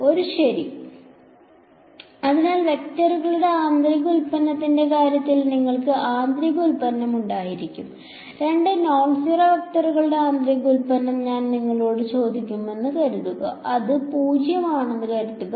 ഒരു ശരി അതിനാൽ വെക്റ്ററുകളുടെ ആന്തരിക ഉൽപ്പന്നത്തിന്റെ കാര്യത്തിൽ നിങ്ങൾക്ക് ആന്തരിക ഉൽപ്പന്നം ഉണ്ടായിരിക്കാം രണ്ട് നോൺ സീറോ വെക്റ്ററുകളുടെ ആന്തരിക ഉൽപ്പന്നം ഞാൻ നിങ്ങളോട് ചോദിക്കുമെന്ന് കരുതുക അത് 0 ആണെന്ന് കരുതുക